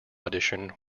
audition